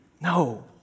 no